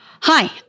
Hi